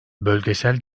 bölgesel